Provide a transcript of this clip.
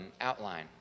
outline